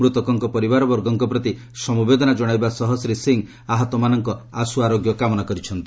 ମୃତକଙ୍କ ପରିବାରବର୍ଗଙ୍କ ପ୍ରତି ସମବେଦନା ଜଣାଇବା ସହ ଶ୍ରୀ ସିଂ ଆହତମାନଙ୍କ ଆଶ୍ର ଆରୋଗ୍ୟ କାମନା କରିଛନ୍ତି